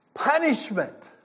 Punishment